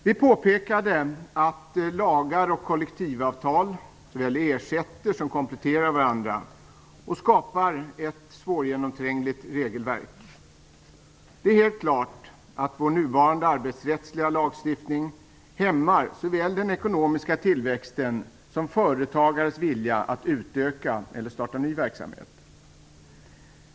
Vi påpekade att lagar och kollektivavtal såväl ersätter som kompletterar varandra och skapar ett svårgenomträngligt regelverk. Det är helt klart att vår nuvarande arbetsrättsliga lagstiftning hämmar såväl den ekonomiska tillväxten som företagares vilja att utöka eller starta ny verksamhet.